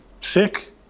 sick